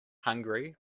hungary